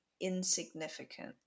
insignificant